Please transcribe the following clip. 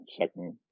second